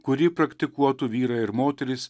kurį praktikuotų vyrai ir moterys